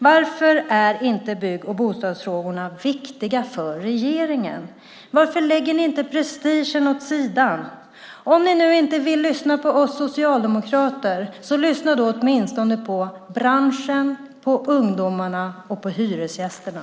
Varför är inte bygg och bostadsfrågorna viktiga för regeringen? Varför lägger ni inte prestigen åt sidan? Om ni nu inte vill lyssna på oss socialdemokrater, lyssna då åtminstone på branschen, ungdomarna och hyresgästerna.